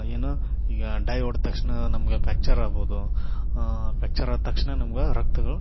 ಏನು ಈಗ ಡೈ ಹೊಡ್ದ ತಕ್ಷಣ ನಮಗೆ ಪ್ರ್ಯಾಕ್ಚರ್ ಆಗ್ಬೋದು ಪ್ರ್ಯಾಕ್ಚರ್ ಆದ ತಕ್ಷಣ ನಮ್ಗೆ ರಕ್ತಗಳು